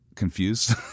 confused